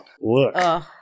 Look